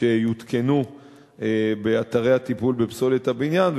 שיותקנו באתרי הטיפול בפסולת הבניין,